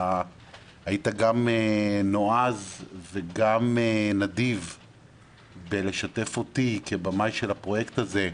אתה היית גם נועז וגם נדיב בלשתף אותי כבמאי של הפרויקט הזה.